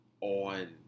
on